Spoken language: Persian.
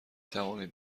توانید